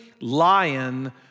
lion